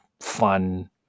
fun